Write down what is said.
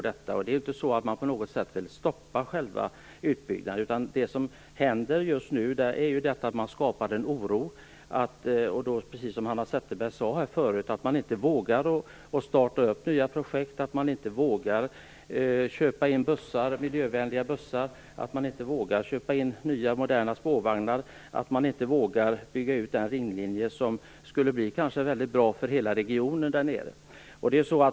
Det är ingen som vill stoppa själva utbyggnaden, utan det som händer just nu är att det skapas oro, och därför vågar man inte starta nya projekt, därför vågar man inte köpa in miljövänliga bussar, därför vågar man inte köpa in nya moderna spårvagnar, och därför vågar man inte bygga ut den ringlinje som kanske skulle bli mycket bra för hela regionen.